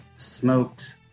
smoked